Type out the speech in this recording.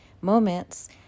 moments